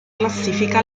classifica